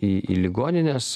į į ligonines